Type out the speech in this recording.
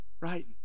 right